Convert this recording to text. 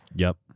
yup.